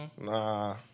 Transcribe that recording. Nah